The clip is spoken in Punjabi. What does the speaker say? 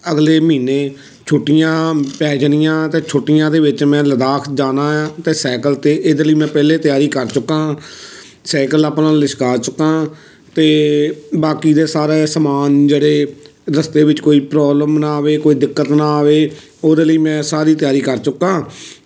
ਅਗਲੇ ਮਹੀਨੇ ਛੁੱਟੀਆਂ ਪੈ ਜਾਣੀਆਂ ਅਤੇ ਛੁੱਟੀਆਂ ਦੇ ਵਿੱਚ ਮੈਂ ਲਦਾਖ ਜਾਣਾ ਆ ਅਤੇ ਸਾਈਕਲ 'ਤੇ ਇਹਦੇ ਲਈ ਮੈਂ ਪਹਿਲੇ ਤਿਆਰੀ ਕਰ ਚੁੱਕਾ ਹਾਂ ਸਾਈਕਲ ਆਪਣਾ ਲਿਸ਼ਕਾ ਚੁੱਕਾ ਅਤੇ ਬਾਕੀ ਦੇ ਸਾਰੇ ਸਮਾਨ ਜਿਹੜੇ ਰਸਤੇ ਵਿੱਚ ਕੋਈ ਪ੍ਰੋਬਲਮ ਨਾ ਆਵੇ ਕੋਈ ਦਿੱਕਤ ਨਾ ਆਵੇ ਉਹਦੇ ਲਈ ਮੈਂ ਸਾਰੀ ਤਿਆਰੀ ਕਰ ਚੁੱਕਾ